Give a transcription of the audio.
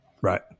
Right